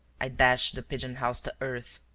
i dashed the pigeon-house to earth,